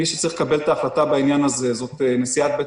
מי שצריך לקבל החלטה בעניין הזה היא נשיאת בית